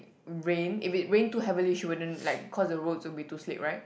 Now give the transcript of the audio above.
rain if it rain too heavily she wouldn't like cause the roads will be too sleek right